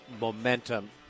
momentum